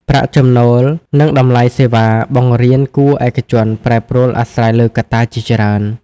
ប្រាក់ចំណូល និងតម្លៃសេវាបង្រៀនគួរឯកជនប្រែប្រួលអាស្រ័យលើកត្តាជាច្រើន។